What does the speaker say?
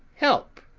help!